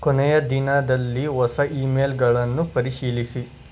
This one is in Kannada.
ಕೊನೆಯ ದಿನದಲ್ಲಿ ಹೊಸ ಇಮೇಲ್ಗಳನ್ನು ಪರಿಶೀಲಿಸಿ